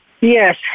Yes